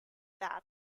that